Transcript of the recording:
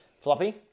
Floppy